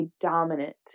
dominant